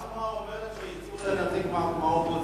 השמועה אומרת שאפילו הציעו לנציג מהאופוזיציה.